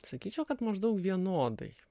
sakyčiau kad maždaug vienodai